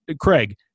craig